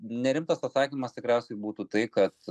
nerimtas atsakymas tikriausiai būtų tai kad